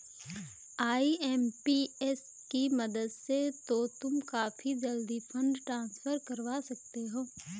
IMPS की मदद से तो तुम काफी जल्दी फंड ट्रांसफर करवा सकते हो